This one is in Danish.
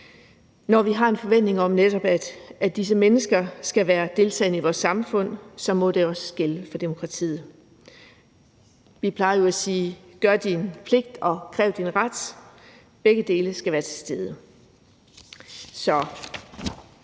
Når vi har en forventning om, at netop disse mennesker skal være deltagende i vores samfund, så må det også gælde for demokratiet. Vi plejer jo at sige: Gør din pligt, og kræv din ret. Begge dele skal være til stede.